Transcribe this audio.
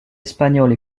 espagnole